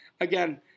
Again